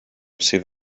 sydd